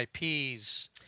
IPs